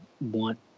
want